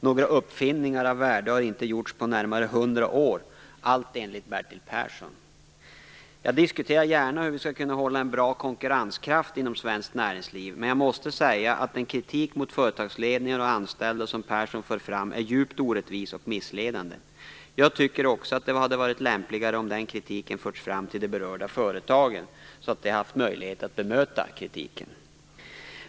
Några uppfinningar av värde har inte gjorts på närmare hundra år, allt enligt Bertil Persson. Jag diskuterar gärna hur vi skall kunna hålla en bra konkurrenskraft inom svenskt näringsliv, men jag måste säga att den kritik mot företagsledningar och anställda som Persson för fram är djupt orättvis och missledande. Jag tycker också att det hade varit lämpligare om den kritiken förts fram till de berörda företagen, så att de haft möjlighet att bemöta den.